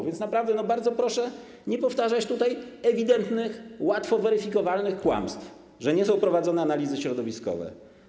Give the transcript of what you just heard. Więc naprawdę bardzo proszę nie powtarzać tutaj ewidentnych, łatwo weryfikowalnych kłamstw, że nie są prowadzone analizy środowiskowe.